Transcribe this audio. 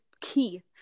key